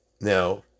Now